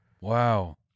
Wow